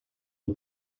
het